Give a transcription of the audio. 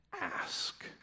ask